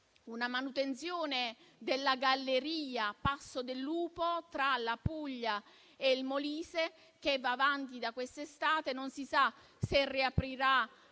la manutenzione della galleria Passo del Lupo tra la Puglia e il Molise, che va avanti da quest'estate e non si sa se riaprirà